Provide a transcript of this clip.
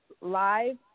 live